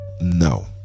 no